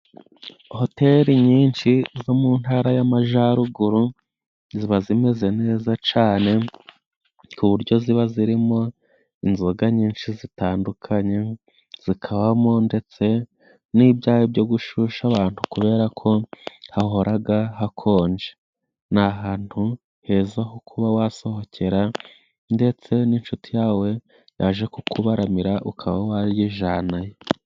Hoteli nyinshi zo mu ntara y'amajaruguru, ziba zimeze neza cane kuburyo ziba zirimo inzoga nyinshi zitandukanye ,zikabamo ndetse n'ibyayi byo gushusha abantu kubera ko hahoraga hakonje. Ni ahantu heza ho kuba wasohokera ndetse n'inshuti yawe yaje kukubaramira ukaba wayijanayo.